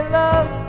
love